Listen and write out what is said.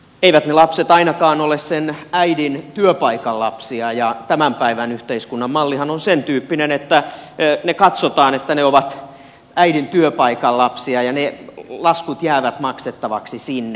eivät ne lapset ainakaan ole sen äidin työpaikan lapsia ja tämän päivän yhteiskunnan mallihan on sentyyppinen että katsotaan että ne ovat äidin työpaikan lapsia ja ne laskut jäävät maksettavaksi sinne